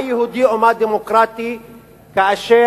מה יהודי ומה דמוקרטי כאשר